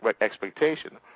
expectation